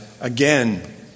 again